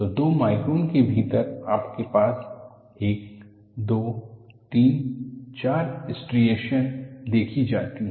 तो दो माइक्रोन के भीतर आपके पास 1 2 3 4 स्ट्रिएशनस देखी जाती हैं